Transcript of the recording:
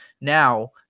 Now